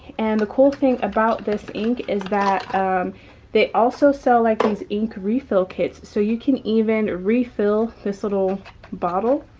and the cool thing about this ink is that they also sell like these ink refill kits. so you can even refill this little bottle